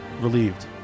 relieved